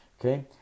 okay